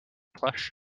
plush